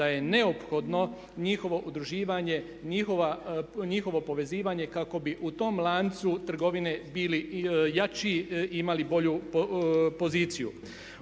da je neophodno njihovo udruživanje, njihovo povezivanje kako bi u tom lancu trgovine bili jači i imali bolju poziciju.